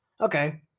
okay